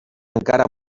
encara